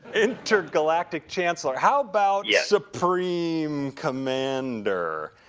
intergalactic chancellor, how about yes. supreme commander?